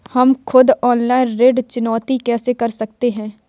हम खुद ऑनलाइन ऋण चुकौती कैसे कर सकते हैं?